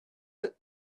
that